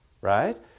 right